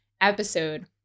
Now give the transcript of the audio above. episode